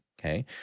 okay